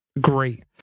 great